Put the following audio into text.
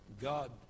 God